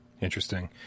Interesting